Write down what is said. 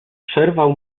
przerwał